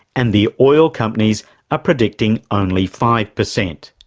and the oil companies are predicting only five per cent.